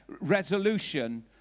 resolution